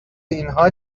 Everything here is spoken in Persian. اینها